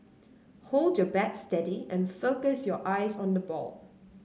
hold your bat steady and focus your eyes on the ball